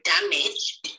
damage